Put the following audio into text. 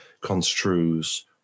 construes